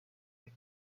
fut